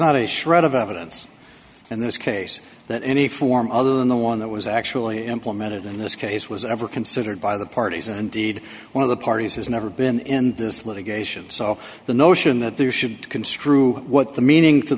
not a shred of evidence in this case that any form other than the one that was actually implemented in this case was ever considered by the parties and deed one of the parties has never been in this litigation so the notion that there should construe what the meaning to